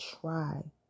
try